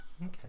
Okay